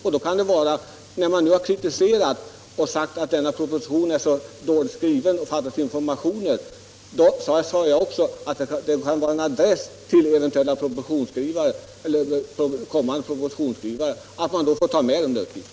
Kritiken mot propositionen för att den är knapphändigt skriven och för att den saknar information kan vara en anvisning till propositionsskrivarna att nästa gång ta med de uppgifter som efterlysts.